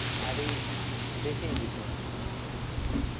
ᱟᱹᱰᱤ ᱵᱮᱥᱤᱧ ᱵᱩᱡᱷᱟᱹᱣᱟ